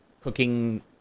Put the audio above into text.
cooking